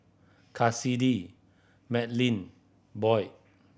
Cassidy Madlyn Boyd